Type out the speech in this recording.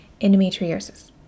endometriosis